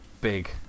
big